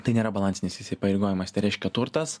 tai nėra balansinis įsipareigojimas tai reiškia turtas